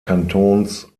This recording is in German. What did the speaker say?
kantons